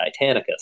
Titanicus